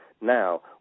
Now